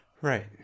Right